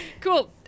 Cool